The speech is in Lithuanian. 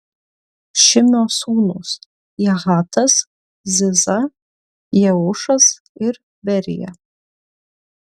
šimio sūnūs jahatas ziza jeušas ir berija